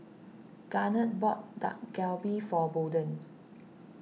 Garnet bought Dak Galbi for Bolden